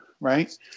right